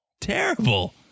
terrible